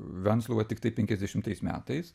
venclova tiktai penkiasdešimtais metais